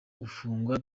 gufungwa